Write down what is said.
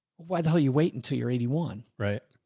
why the hell you wait until you're eighty one, right?